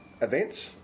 events